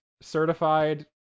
certified